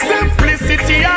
Simplicity